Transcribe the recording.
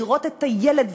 לראות את הילד,